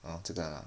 oh 这个 ah